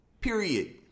Period